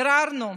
ביררנו,